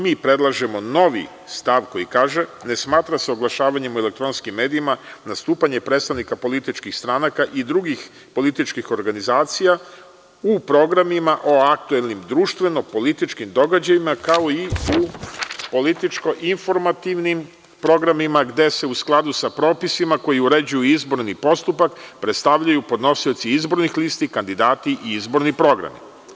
Mi predlažemo novi stav koji kaže: „Ne smatra se oglašavanjem u elektronskim medijima nastupanje predstavnika političkih stranaka i drugih političkih organizacija u programima o aktuelnim društveno-političkim događajima, kao i u političko-informativnim programima gde se, u skladu sa propisima koji uređuju izborni postupak, predstavljaju podnosioci izbornih lista, kandidati i izborni programi“